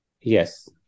Yes